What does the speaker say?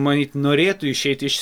manyt norėtų išeiti iš